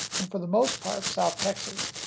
and for the most part, south texas,